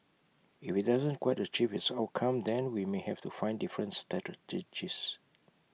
if IT doesn't quite achieve its outcome then we may have to find difference